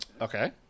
Okay